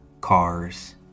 cars